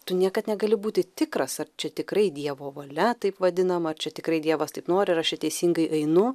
tu niekad negali būti tikras ar čia tikrai dievo valia taip vadinama ar čia tikrai dievas taip nori ar aš čia teisingai einu